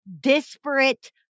disparate